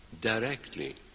directly